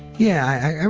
yeah.